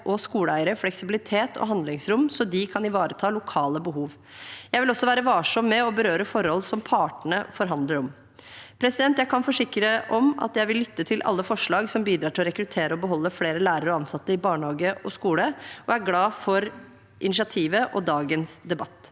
og skoleeiere fleksibilitet og handlingsrom så de kan ivareta lokale behov. Jeg vil også være varsom med å berøre forhold som partene forhandler om. Jeg kan forsikre om at jeg vil lytte til alle forslag som bidrar til å rekruttere og beholde flere lærere og ansatte i barnehage og skole, og jeg er glad for initiativet og dagens debatt.